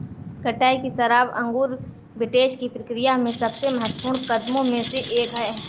कटाई की शराब अंगूर विंटेज की प्रक्रिया में सबसे महत्वपूर्ण कदमों में से एक है